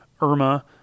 Irma